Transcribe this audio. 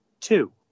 two